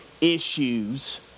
issues